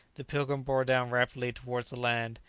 the pilgrim bore down rapidly towards the land,